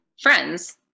friends